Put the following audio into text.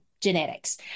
genetics